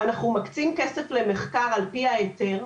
אנחנו מקצים כסף למחקר על פי ההיתר,